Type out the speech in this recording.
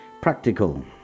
practical